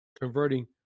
converting